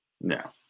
No